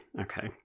Okay